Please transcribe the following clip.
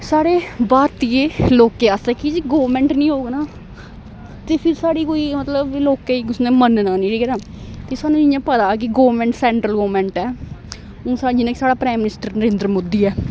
साढ़े भारतीय लोकें आस्तै की गौरमेंट निं होग ना ते फिर साढ़ी कोई मतलब लोकें गी कुसै मन्नना निं ते सानूं पता कि गौरमेंट सैंट्रल गौरमेंट ऐ हून सियां साढ़ा प्राइम मिनिस्टर नरेंद्र मोदी ऐ